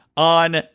on